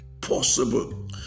possible